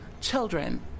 children